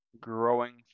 growing